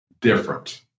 different